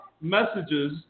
messages